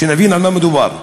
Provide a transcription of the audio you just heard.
שנבין על מה מדובר.